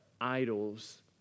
idols